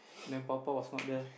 then papa was not there